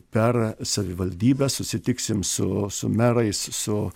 per savivaldybes susitiksim su su merais su